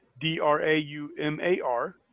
D-R-A-U-M-A-R